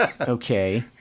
Okay